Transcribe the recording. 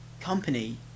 company